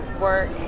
work